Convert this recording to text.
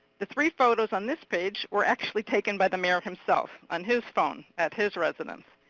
the three photos on this page were actually taken by the mayor himself, on his phone at his residence.